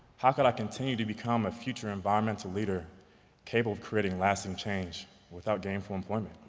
how could i continue to become a future environmental leader capable of creating lasting change without gainful employment?